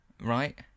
right